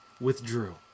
withdrew